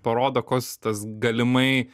parodo koks tas galimai